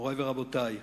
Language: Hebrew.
מורי ורבותי,